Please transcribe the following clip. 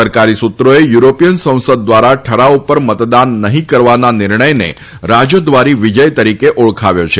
સરકારી સુત્રોએ યુરોપીયન સંસદ ધ્વારા ઠરાવ પર મતદાન નઠી કરવાના નિર્ણયને રાજદ્વારી વિજય તરીકે ઓળખાવ્યો છે